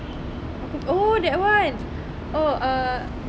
oh that [one] oh uh